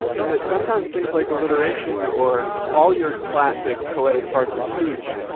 and that sometimes things like alliteration or all your classic poetic parts of speech,